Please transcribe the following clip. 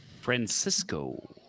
Francisco